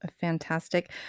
fantastic